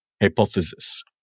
hypothesis